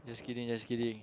just kidding just kidding